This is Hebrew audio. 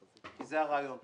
כי זה הרעיון כאן.